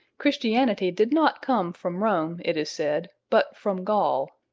christianity did not come from rome, it is said, but from gaul.